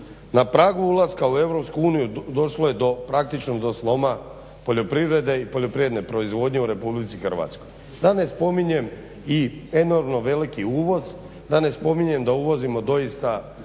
na pragu ulaska u EU došlo je praktično do sloma poljoprivrede i poljoprivredne proizvodnje u RH. Da ne spominjem i enormno veliki uvoz, da ne spominjem da uvozimo doista